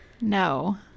No